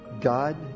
God